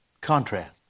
Contrast